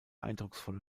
eindrucksvolle